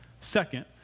Second